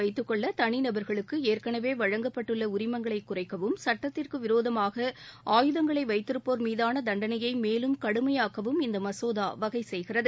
வைத்துக்கொள்ள தனிநபர்களுக்கு ஏற்கனவே வழங்கப்பட்டுள்ள உரிமங்களை ஆயுதம் குறைக்கவும் சட்டத்திற்கு விரோதமாக ஆயுதங்களை வைத்திருப்போர் மீதான தண்டனையை மேலும் கடுமையாக்கவும் இந்த மசோதா வகைசெய்கிறது